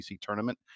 tournament